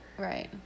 Right